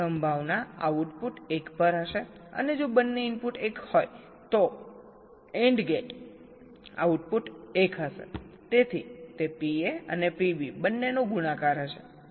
સંભાવના આઉટપુટ 1 પર હશે અને જો બંને ઇનપુટ 1 હોય તો AND ગેટ આઉટપુટ 1 હશે તેથી તે PA અને PB બન્નેનો ગુણાકાર હશે બરાબર